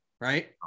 right